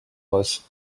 was